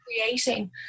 creating